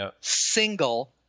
single